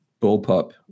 bullpup